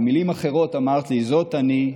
במילים אחרות אמרת לי: זו אני,